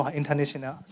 international